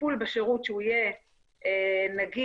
טיפול בשירות שיהיה נגיש,